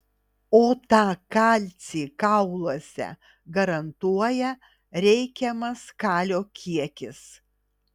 o tą kalcį kauluose garantuoja reikiamas kalio kiekis